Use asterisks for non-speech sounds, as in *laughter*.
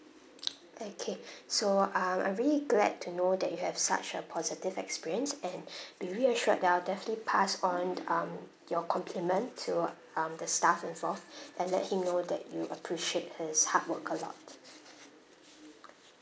okay *breath* so um I'm really glad to know that you have such a positive experience and *breath* be reassured that I'll definitely pass on um your compliment to um the staff and forth *breath* and let him know that you appreciate his hard work a lot